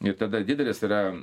ir tada didelis yra